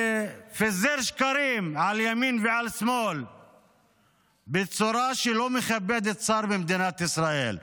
ופיזר שקרים על ימין ועל שמאל בצורה שלא מכבדת שר במדינת ישראל.